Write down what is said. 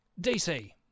DC